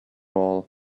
all